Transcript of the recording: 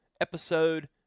episode